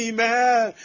Amen